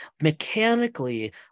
mechanically